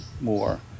more